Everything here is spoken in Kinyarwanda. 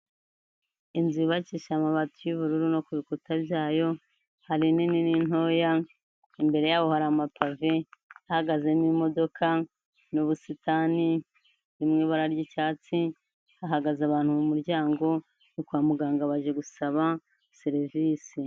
Inzu yubakishije amabati y'ubururu no ku bikuta byayo, hari inini n'intoya, imbere yabo hari amapave ahahagazemo imodoka n'ubusitani mu ibara ry'icyatsi hagaze abantu mu muryango no kwa muganga baje gusaba serivisi.